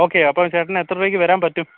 okay അപ്പം ചേട്ടന് എത്ര രൂപക്ക് വരാൻ പറ്റും